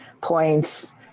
points